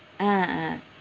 ah ah